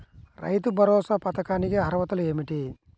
రైతు భరోసా పథకానికి అర్హతలు ఏమిటీ?